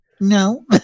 No